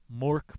Mork